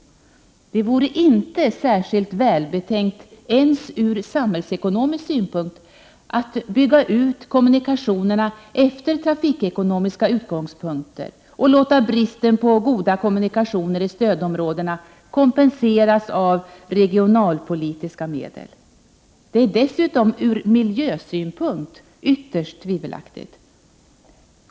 Det vore inte särskilt välbetänkt ens ur samhällsekonomisk synpunkt att bygga ut kommunikationerna efter trafikekonomiska utgångspunkter och låta bristen på goda kommunikationer i stödområdena kompenseras av regionalpolitiska medel. Det är dessutom ur miljösynpunkt ytterst tvivelaktigt.